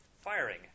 firing